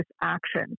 action